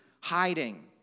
hiding